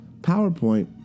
powerpoint